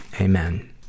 Amen